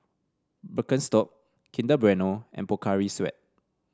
Birkenstock Kinder Bueno and Pocari Sweat